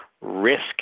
risk